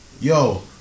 Yo